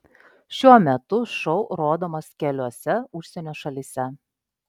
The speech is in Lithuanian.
šiuo metu šou rodomas keliose užsienio šalyse